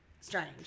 strange